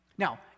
Now